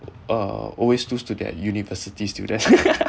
uh always lose to that university's student